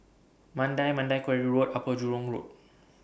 Mandai Mandai Quarry Road Upper Jurong Road